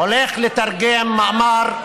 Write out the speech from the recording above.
אני הולך לתרגם מאמר,